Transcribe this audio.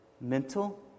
mental